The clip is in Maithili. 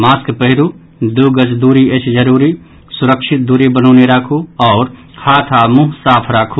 मास्क पहिरू दू गज दूरी अछि जरूरी सुरक्षित दूरी बनौने राखू हाथ आओर मुंह साफ राखू